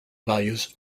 values